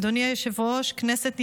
אדוני היושב-ראש, כנסת נכבדה,